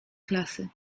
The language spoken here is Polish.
klasy